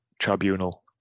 tribunal